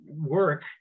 work